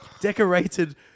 decorated